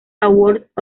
awards